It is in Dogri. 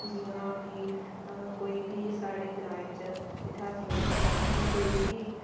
जि'यां कि कोई बी साढ़े ग्रांऐं च इत्थें अस रौह्ने आं उत्थें कोई बी